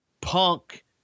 punk